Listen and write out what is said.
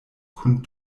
kun